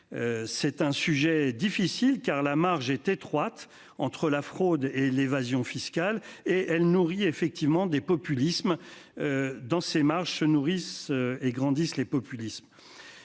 C'est un sujet difficile, car la marge est étroite entre la fraude et l'évasion fiscale et elle nourrit effectivement des populismes. Dans ces marches nourrice et grandissent les populismes.